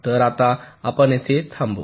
तर आता आपण येथे थांबवू